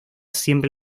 siempre